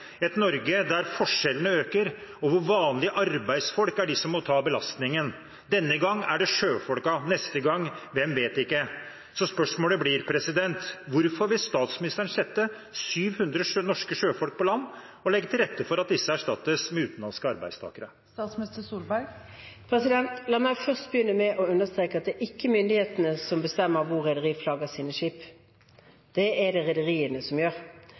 et Norge der forskjellene øker, og der vanlige arbeidsfolk er de som må ta belastningen. Denne gang er det sjøfolkene, neste gang: vi vet ikke hvem. Spørsmålet blir: Hvorfor vil statsministeren sette 700 norske sjøfolk på land og legge til rette for at disse erstattes med utenlandske arbeidstakere? La meg først begynne med å understreke at det ikke er myndighetene som bestemmer hvor rederiene flagger sine skip; det er det rederiene som gjør.